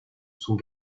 sont